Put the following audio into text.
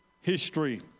history